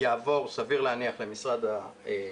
כי גם נעשו פניות של הזכיינים לרשות האוכלוסין וניסיון לקבל את